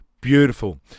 beautiful